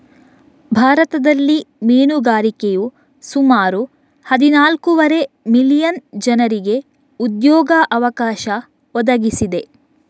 ಭಾರತದಲ್ಲಿ ಮೀನುಗಾರಿಕೆಯು ಸುಮಾರು ಹದಿನಾಲ್ಕೂವರೆ ಮಿಲಿಯನ್ ಜನರಿಗೆ ಉದ್ಯೋಗ ಅವಕಾಶ ಒದಗಿಸಿದೆ